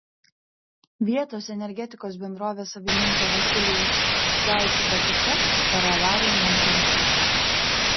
vietos energetikos bendrovės savininko vasilijaus zaicevo dukra per avariją nenukentėjo